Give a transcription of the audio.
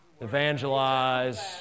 evangelize